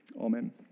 Amen